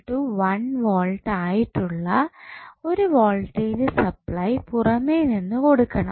V ആയിട്ടുള്ള ഒരു voltage supply പുറമേനിന്ന് കൊടുക്കണം